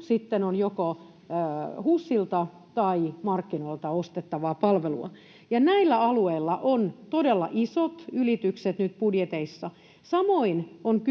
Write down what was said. sitten on joko HUSilta tai markkinoilta ostettavaa palvelua. Näillä alueilla on nyt todella isot ylitykset budjeteissa. Samoin on